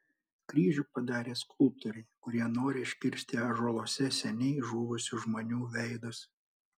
kryžių padarė skulptoriai kurie nori iškirsti ąžuoluose seniai žuvusių žmonių veidus